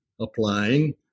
applying